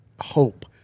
hope